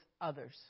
others